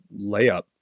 layup